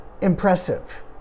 impressive